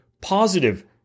Positive